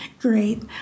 great